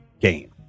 game